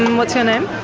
what's your name?